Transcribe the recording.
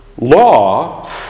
law